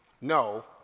No